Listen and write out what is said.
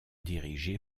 dirigée